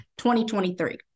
2023